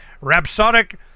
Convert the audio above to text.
Rhapsodic